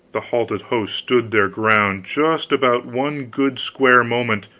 the halted host stood their ground just about one good square moment,